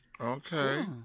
Okay